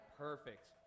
Perfect